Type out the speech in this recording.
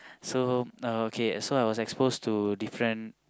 so no okay so I was exposed to different